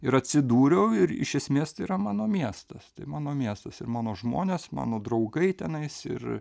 ir atsidūriau ir iš esmės tai yra mano miestas tai mano miestas ir mano žmonės mano draugai tenais ir